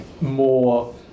more